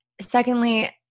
secondly